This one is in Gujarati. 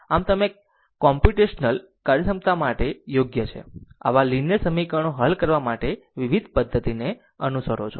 આમ તમે કોમ્પ્યુટેશનલ કાર્યક્ષમતા માટે યોગ્ય છે આવા લીનીયર સમીકરણો હલ કરવા માટે વિવિધ પદ્ધતિને અનુસરો છો